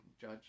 judge